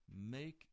make